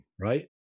right